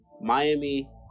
Miami